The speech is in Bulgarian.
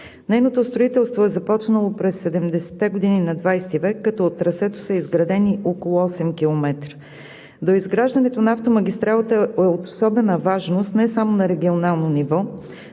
Нейното строителство е започнало през 70-те години на XX век, като от трасето са изградени около осем километра. Изграждането на автомагистралата е от особена важност не само на регионално ниво.